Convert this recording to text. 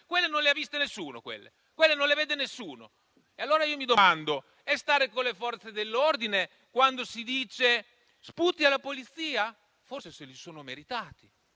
Quelle non le ha viste nessuno, quelle non le vede nessuno. Allora io mi domando se sia stare con le Forze dell'ordine quando si dice: "Sputi alla Polizia? Forse se li sono meritati".